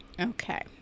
Okay